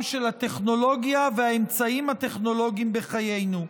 של הטכנולוגיה והאמצעים הטכנולוגיים בחיינו.